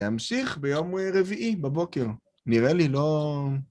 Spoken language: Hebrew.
להשיך ביום רביעי בבוקר, נראה לי לא...